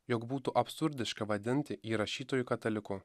jog būtų absurdiška vadint jį rašytoju kataliku